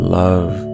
love